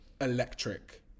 electric